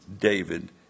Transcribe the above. David